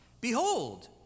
Behold